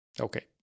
Okay